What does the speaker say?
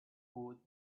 food